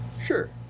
Sure